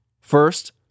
First